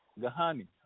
Gahani